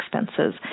expenses